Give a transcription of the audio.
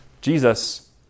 Jesus